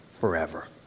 forever